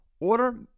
Order